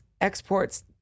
exports